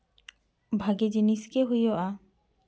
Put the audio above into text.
ᱵᱷᱟᱜᱮ ᱡᱤᱱᱤᱥ ᱜᱮ ᱦᱩᱭᱩᱜᱼᱟ